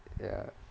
ya